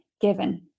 given